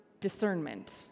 discernment